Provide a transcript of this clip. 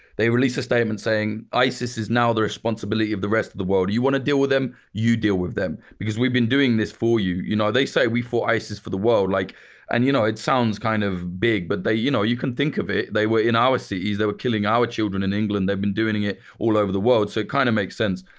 they released a statement saying isis is now the responsibility of the rest of the world, you want to deal with them? you deal with them, because we've been doing this for you. you know they said, we've fought isis for the world, like and you know it sounds kind of big, but you know you can think of it, they were in our cities, they were killing our children in england, they've been doing it all over the world, so kind of makes sense.